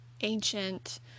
ancient